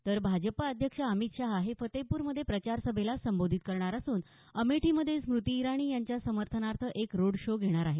तर भाजप अध्यक्ष अमित शाह हे फतेहप्रमध्ये प्रचारसभेला संबोधित करणार असून अमेठीमध्ये स्मृती इराणी यांच्या समर्थनार्थ एक रोड शो घेणार आहे